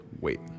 wait